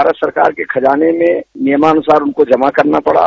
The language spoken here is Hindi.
भारत सरकार के खजाने में नियमानुसार उनको जमा करना पड़ा